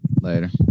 Later